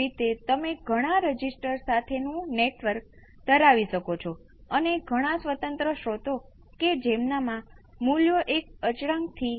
વિકલન સમીકરણ માટે પણ તેનું મૂલ્યાંકન કરી શકીએ છીએ જ્યાં વિવિધ પદ અલગ રીતે સ્કેલ કરવામાં આવે છે